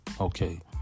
okay